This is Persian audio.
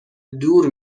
دور